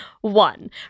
one